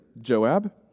Joab